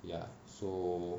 ya so